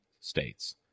states